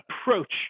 approach